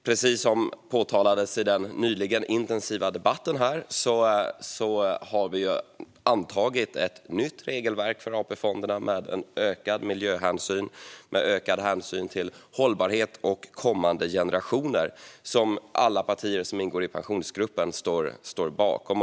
Precis som påpekades i den intensiva debatten nyss har vi antagit ett nytt regelverk för AP-fonderna som innebär en ökad miljöhänsyn och ökad hänsyn till hållbarhet och kommande generationer. Alla partier som ingår i Pensionsgruppen står bakom detta.